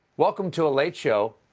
welcome to a late show.